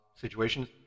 situations